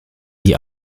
die